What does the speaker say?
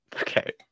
Okay